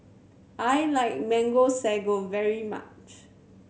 I like Mango Sago very much